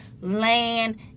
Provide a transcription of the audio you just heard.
land